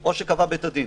או שקבע בית הדין.